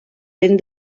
ben